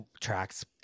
Tracks